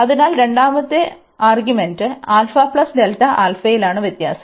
അതിനാൽ രണ്ടാമത്തെ ആർഗ്യുമെൻറ് യിലാണ് വ്യത്യാസം